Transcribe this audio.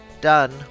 done